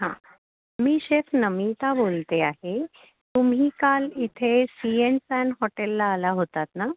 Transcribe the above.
हां मी शेफ नमिता बोलते आहे तुम्ही काल इथे सी अँन सॅन हॉटेलला आला होतात ना